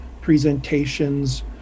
presentations